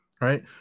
Right